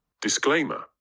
Disclaimer